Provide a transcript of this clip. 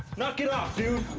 knock it off dude.